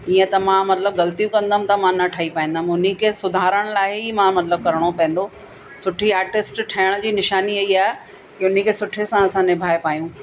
ईअं त मां मतिलब ग़लतियूं कंदमि त मां न ठई पाईंदमि उनखे सुधारण लाइ मां मतिलब करिणो पवदो सुठी आर्टिस्ट ठहिण जी निशानी ईअं ई आहे की उनखे सुठे सां असां निभाए पायूं